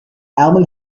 ärmel